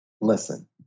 listen